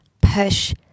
push